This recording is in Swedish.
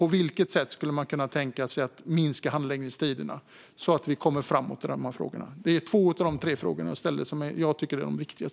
På vilket sätt skulle man kunna tänka sig att korta handläggningstiderna så att vi kommer framåt i frågorna? Det är två av de tre frågor som jag ställde och som jag tycker är viktigast.